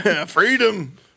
Freedom